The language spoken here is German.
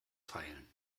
feilen